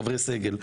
חברי סגל,